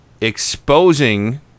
exposing